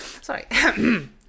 Sorry